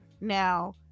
Now